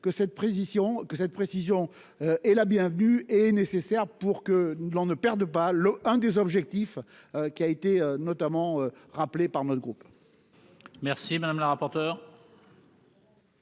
que cette précision est la bienvenue et nécessaire pour que nous l'on ne perde pas le un des objectifs qui a été notamment rappelé par notre groupe. Merci madame la rapporteure.